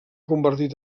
convertir